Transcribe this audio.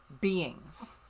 beings